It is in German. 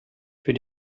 für